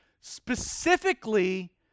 specifically